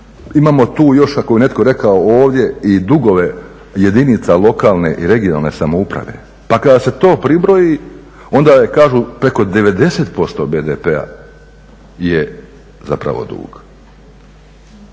imamo tu još kako je netko rekao ovdje i dugove jedinice lokalne i regionalne samouprave. Pa kada se to pribroji onda je kažu preko 90% BDP-a je zapravo dug.